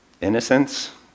Innocence